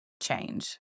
change